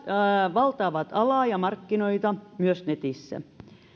valtaavat alaa ja markkinoita myös netissä